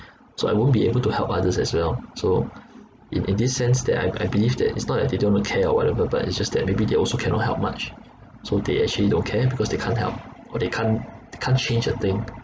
so I won't be able to help others as well so in in this sense that I I believe that it's not like they don't care or whatever but it's just that maybe they also cannot help much so they actually don't care because they can't help or they can't they can't change a thing